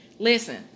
Listen